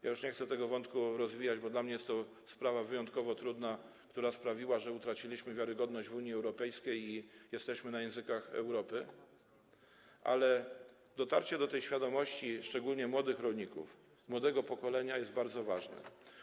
Ja już nie chcę tego wątku rozwijać, bo dla mnie jest to sprawa wyjątkowo trudna, która sprawiła, że utraciliśmy wiarygodność w Unii Europejskiej i jesteśmy na językach Europy, ale dotarcie do tej świadomości szczególnie młodych rolników, młodego pokolenia jest bardzo ważne.